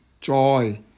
joy